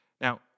Now